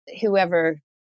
whoever